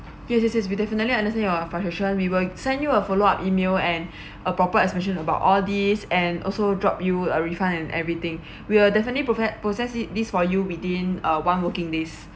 yes yes yes we definitely understand your frustration we will send you a follow up email and a proper explanation about all these and also drop you a refund and everything we'll definitely process process it this for you within uh one working days